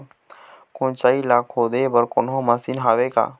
कोचई ला खोदे बर कोन्हो मशीन हावे का?